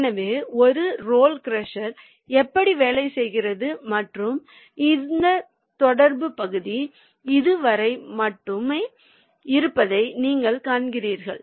எனவே ஒரு roll crusher எப்படி வேலை செய்கிறது மற்றும் இந்த தொடர்பு பகுதி இது வரை மட்டுமே இருப்பதை நீங்கள் காண்கிறீர்கள்